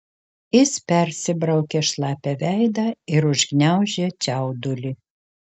jis persibraukė šlapią veidą ir užgniaužė čiaudulį